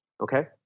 okay